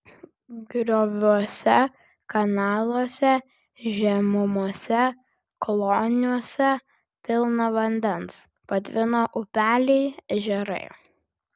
grioviuose kanaluose žemumose kloniuose pilna vandens patvino upeliai ežerai